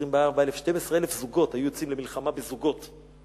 24,000, 12,000 זוגות, היו יוצאים למלחמה בזוגות.